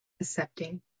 accepting